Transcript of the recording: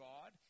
God